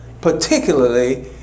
particularly